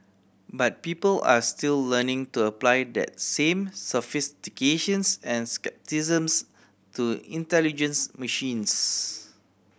but people are still learning to apply that same sophistications and scepticisms to intelligence machines